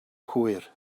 hwyr